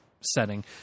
setting